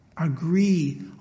agree